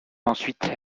ensuite